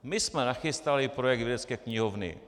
My jsme nachystali projekt vědecké knihovny.